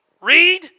read